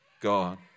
God